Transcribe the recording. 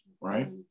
right